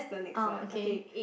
oh okay